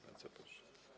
Bardzo proszę.